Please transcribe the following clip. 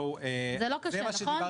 זה לא קשה, נכון?